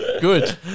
Good